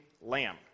lamb